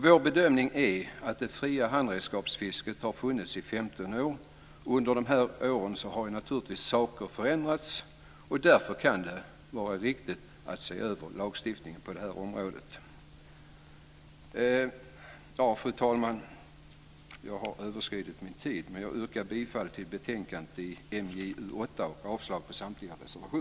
Vår bedömning är att det fria handredskapsfisket har funnits i 15 år, att saker naturligtvis har förändrats under de här åren och att det därför kan vara riktigt att se över lagstiftningen på det här området. Fru talman! Jag har överskrivit min talartid, men jag yrkar bifall till hemställan i betänkandet MJU8